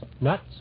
nuts